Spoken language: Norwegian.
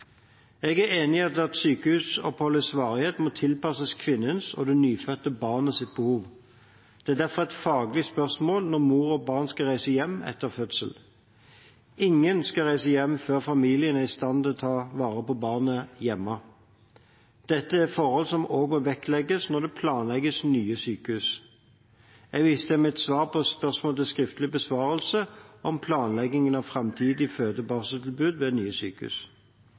Jeg er enig i at sykehusoppholdets varighet må tilpasses kvinnens og det nyfødte barnets behov. Det er derfor et faglig spørsmål når mor og barn skal reise hjem etter fødsel. Ingen skal reise hjem før familien er i stand til å ta vare på barnet hjemme. Dette er forhold som også vektlegges når nye sykehus planlegges. Jeg viser til mitt svar på spørsmål til skriftlig besvarelse, om planleggingen av framtidige føde- og barseltilbud ved nye sykehus.